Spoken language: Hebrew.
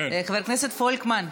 חבר הכנסת פולקמן.